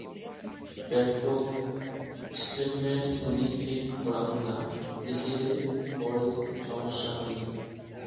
ব্যাঙ্ককোত স্টেটমেন্টস গুলি ঠিক করাং না লিখিলে পরে সমস্যা হই